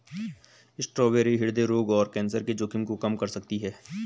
strawberry हृदय रोग और कैंसर के जोखिम को कम कर सकती है